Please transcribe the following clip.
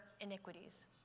iniquities